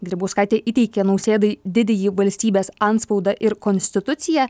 grybauskaitė įteikė nausėdai didįjį valstybės antspaudą ir konstituciją